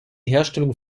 herstellung